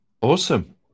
Awesome